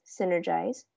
synergize